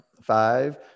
five